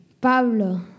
Pablo